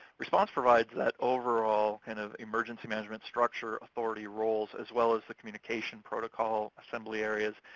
response provides that overall kind of emergency management structure authority roles, as well as the communication protocol, assembly areas.